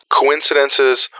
coincidences